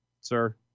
sir